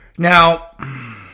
Now